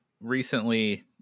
recently